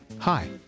Hi